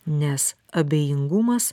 nes abejingumas